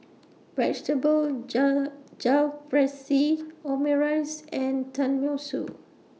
Vegetable Jalfrezi Omurice and Tenmusu